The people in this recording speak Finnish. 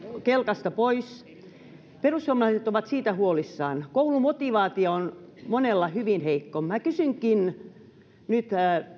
kelkasta pois ja perussuomalaiset ovat siitä huolissaan koulumotivaatio on monella hyvin heikko kysynkin nyt